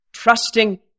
trusting